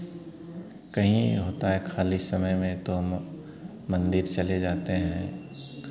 कहीं होता है खाली समय में तो हम मन्दिर चले जाते हैं